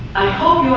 i hope